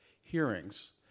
hearings